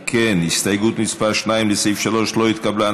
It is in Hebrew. אם כן, הסתייגות מס' 2, לסעיף 3, לא התקבלה.